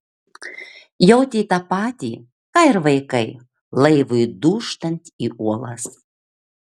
jautė tą patį ką ir vaikai laivui dūžtant į uolas